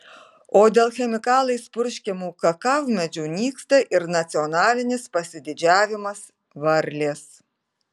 o dėl chemikalais purškiamų kakavmedžių nyksta ir nacionalinis pasididžiavimas varlės